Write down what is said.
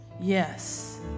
yes